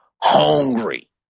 hungry